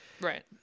right